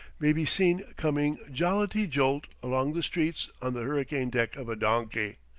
may be seen coming jollity-jolt along the streets on the hurricane-deck of a donkey,